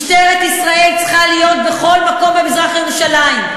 משטרת ישראל צריכה להיות בכל מקום, במזרח-ירושלים,